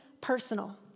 Personal